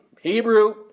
Hebrew